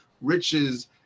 riches